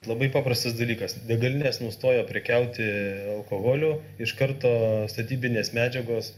labai paprastas dalykas degalinės nustojo prekiauti alkoholiu iš karto statybinės medžiagos